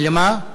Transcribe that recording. לְמה?